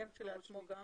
הייזלר.